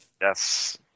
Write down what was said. Yes